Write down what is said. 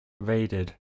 raided